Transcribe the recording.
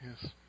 Yes